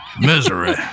misery